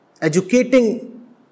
educating